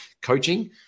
coaching